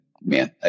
man